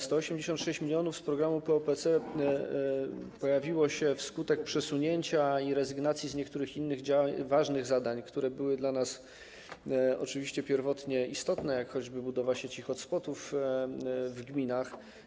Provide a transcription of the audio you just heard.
186 mln z programu PO PC pojawiło się wskutek przesunięcia i rezygnacji z niektórych innych ważnych zadań, które były dla nas oczywiście pierwotnie istotne, takich jak choćby budowa sieci hotspotów w gminach.